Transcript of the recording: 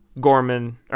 Gorman